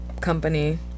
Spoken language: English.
company